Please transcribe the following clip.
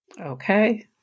Okay